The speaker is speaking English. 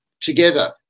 together